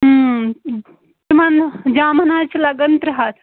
اۭم تِمن جامن حظ چھِ لَگان ترٛےٚ ہتھ